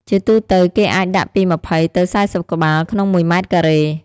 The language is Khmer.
ជាទូទៅ គេអាចដាក់ពី ២០ ទៅ ៤០ ក្បាល ក្នុងមួយម៉ែត្រការ៉េ។